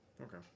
Okay